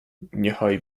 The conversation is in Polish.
niechaj